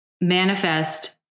manifest